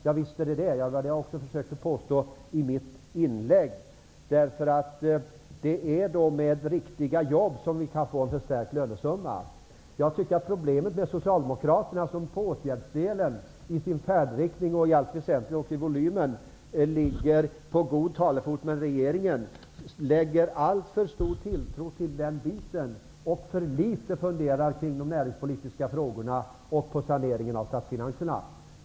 Det var det jag också försökte säga i mitt huvudanförande. Det är med riktiga jobb som vi kan få en förstärkt lönesumma. Jag tycker att Socialdemokraterna, som på åtgärdsdelen vad gäller färdriktningen och i allt väsentligt även volymen ligger på god talefot med regeringen, har alltför stor tilltro till den biten och för litet funderar kring de näringspolitiska frågorna och på saneringen av statsfinanserna.